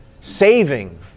saving